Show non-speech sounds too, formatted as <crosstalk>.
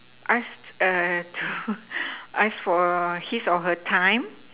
ask err to <noise> ask for his or her time